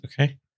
okay